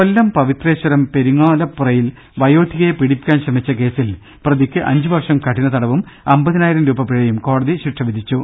കൊല്ലം പവിത്രേശ്വരം പെരിങ്ങോലപ്പുറയിൽ വയോധികയെ പീഡിപ്പിക്കാൻ ശ്രമിച്ച കേസിൽ പ്രതിക്ക് അഞ്ചു വർഷം കഠിനതടവും അമ്പതിനായിരും രൂപ പിഴയും കോടതി ശിക്ഷ വിധിച്ചു